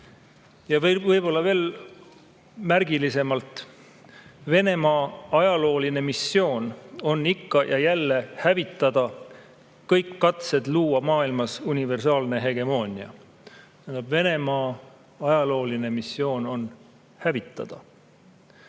Ja võib-olla veel märgilisemalt: Venemaa ajalooline missioon on ikka ja jälle hävitada kõik katsed luua maailmas universaalne hegemoonia. Tähendab, Venemaa ajalooline missioon on hävitada.